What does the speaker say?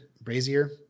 Brazier